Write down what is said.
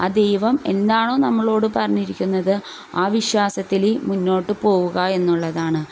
ആ ദൈവം എന്താണോ നമ്മളോട് പറഞ്ഞിരിക്കുന്നത് ആ വിശ്വാസത്തിൽ മുന്നോട്ട് പോവുക എന്നുള്ളതാണ്